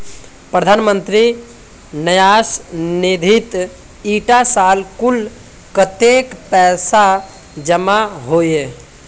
प्रधानमंत्री न्यास निधित इटा साल कुल कत्तेक पैसा जमा होइए?